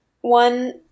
one